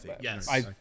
Yes